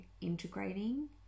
integrating